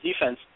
defense